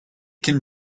can